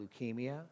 leukemia